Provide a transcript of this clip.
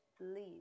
leave